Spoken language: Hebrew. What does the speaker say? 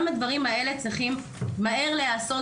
גם הדברים האלה צריכים מהר להיעשות,